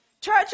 Church